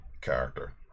character